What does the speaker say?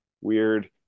weird